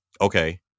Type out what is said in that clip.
okay